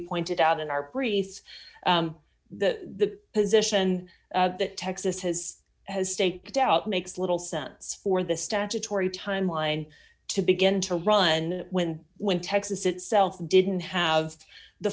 pointed out in our priests the position that texas has has staked out makes little sense for the statutory time line to begin to run when when texas itself didn't have the